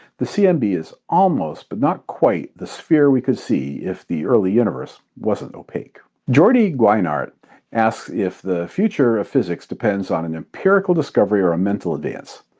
the cmb is almost, but not quite, the sphere we could see if the early universe wasn't opaque. jordi guinart asks if the future of physics depends on an empirical discovery or a mental advance.